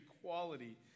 equality